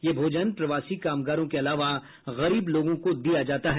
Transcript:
यह भोजन प्रवासी कामगारों के अलावा गरीब लोगों को दिया जाता है